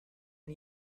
and